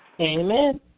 Amen